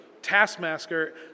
Taskmaster